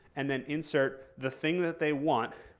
and then insert the thing that they want,